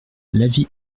l’avis